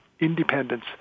independence